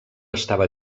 estava